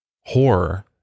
horror